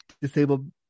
disabled